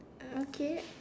okay